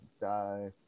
die